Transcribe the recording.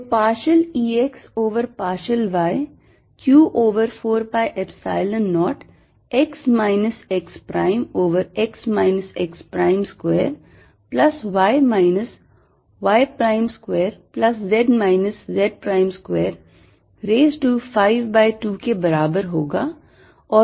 तो partial E x over partial y q over 4 pi epsilon 0 x minus x prime over x minus x prime square plus y minus y prime square plus z minus z prime square raise to 5 by 2 के बराबर होगा